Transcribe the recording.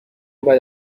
بعد